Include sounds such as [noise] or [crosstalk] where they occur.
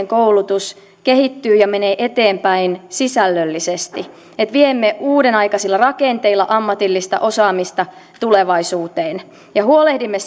[unintelligible] koulutus kehittyy ja menee eteenpäin sisällöllisesti viemme uudenaikaisilla rakenteilla ammatillista osaamista tulevaisuuteen ja huolehdimme [unintelligible]